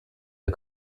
der